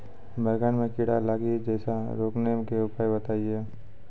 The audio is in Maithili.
बैंगन मे कीड़ा लागि जैसे रोकने के उपाय बताइए?